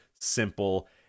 simple